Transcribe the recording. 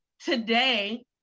Today